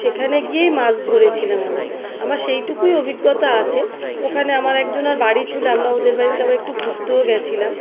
সেখানে গিয়েই মাছ ধরেছিলাম আমার আমার সেইটুকুই অভিজ্ঞতা আছে ওখানে আমার একজনার বাড়ি ছিলাম না ওদের বাড়িতে আমরা একটু ঘুরতেও গেছিলাম